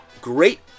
great